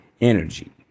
energy